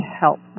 help